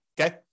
okay